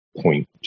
point